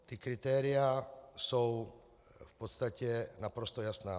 Ta kritéria jsou v podstatě naprosto jasná.